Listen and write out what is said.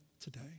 today